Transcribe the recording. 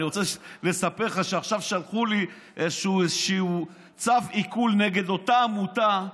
אני רוצה לספר לך שעכשיו שלחו לי איזשהו צו עיקול נגד אותה עמותה.